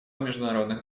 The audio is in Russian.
международных